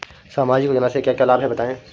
सामाजिक योजना से क्या क्या लाभ हैं बताएँ?